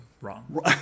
wrong